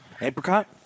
Apricot